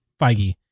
Feige